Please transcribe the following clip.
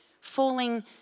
falling